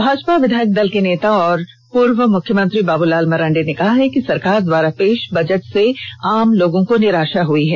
भाजपा विधायक दल के नेता और पूर्व मुख्यमंत्री बाबूलाल मरांडी ने कहा है कि सरकार द्वारा पेष बजट से आम लोगों को निराषा हुई है